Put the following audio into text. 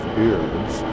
beards